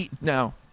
Now